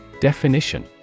Definition